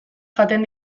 jaten